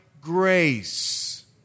grace